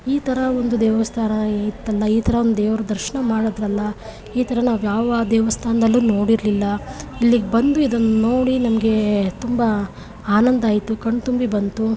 ಈ ಥರ ಒಂದು ದೇವಸ್ಥಾನ ಇತ್ತಲ್ಲ ಈ ಥರ ಒಂದು ದೇವ್ರ ದರ್ಶನ ಮಾಡಿದ್ದೆವಲ್ಲ ಈ ಥರ ನಾವು ಯಾವ ದೇವಸ್ಥಾನದಲ್ಲೂ ನೋಡಿರಲಿಲ್ಲ ಇಲ್ಲಿಗೆ ಬಂದು ಇದನ್ನು ನೋಡಿ ನಮಗೆ ತುಂಬ ಆನಂದ ಆಯಿತು ಕಣ್ತುಂಬಿ ಬಂತು